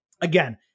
Again